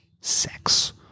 sex